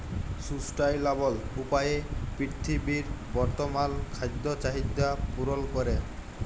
sustainable উপায়ে পীরথিবীর বর্তমাল খাদ্য চাহিদ্যা পূরল ক্যরে